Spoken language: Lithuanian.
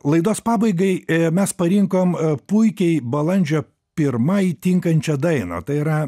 laidos pabaigai i mes parinkom puikiai balandžio pirmai tinkančią dainą tai yra